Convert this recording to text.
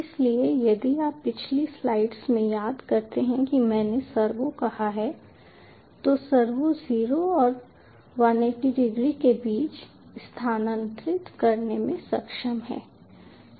इसलिए यदि आप पिछली स्लाइड्स में याद करते हैं कि मैंने सर्वो कहा है तो सर्वो 0 और 180 डिग्री के बीच स्थानांतरित करने में सक्षम है